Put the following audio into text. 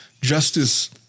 justice